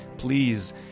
please